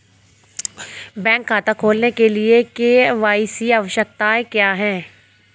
Bank खाता खोलने के लिए के.वाई.सी आवश्यकताएं क्या हैं?